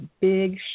big